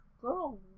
girl